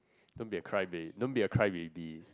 don't be a cryba~ don't be a cry baby